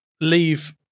leave